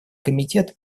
комитет